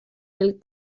del